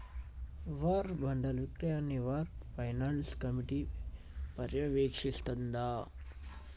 war బాండ్ల విక్రయాన్ని war finance committee పర్యవేక్షిస్తాంది